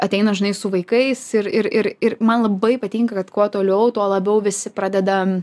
ateina žinai su vaikais ir ir ir man labai patinka kad kuo toliau tuo labiau visi pradedam